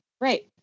Right